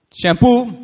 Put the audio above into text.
shampoo